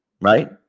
Right